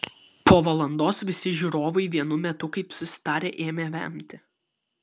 po valandos visi žiūrovai vienu metu kaip susitarę ėmė vemti